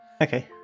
Okay